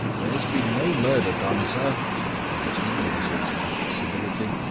there's been no murder done, sir, said the policeman, with his automatic civility.